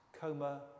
coma